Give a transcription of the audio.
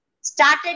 started